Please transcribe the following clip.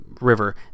river